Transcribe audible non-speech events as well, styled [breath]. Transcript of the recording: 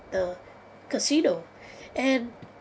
uh casino [breath] and